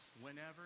whenever